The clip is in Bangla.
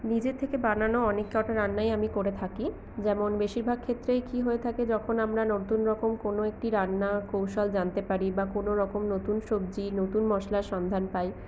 নিজের থেকে বানানো অনেক কটা রান্নাই আমি করে থাকি যেমন বেশিরভাগ ক্ষেত্রেই কী হয়ে থাকে যখন আমরা নতুন রকম কোনো একটি রান্নার কৌশল জানতে পারি বা কোনো রকম নতুন সবজি নতুন মশলার সন্ধান পাই